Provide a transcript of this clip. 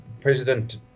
President